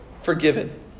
forgiven